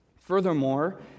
Furthermore